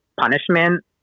punishment